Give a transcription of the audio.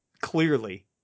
clearly